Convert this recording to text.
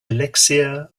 elixir